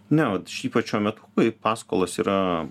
ne vat ypač šiuo metu kai paskolos yra